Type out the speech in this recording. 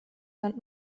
land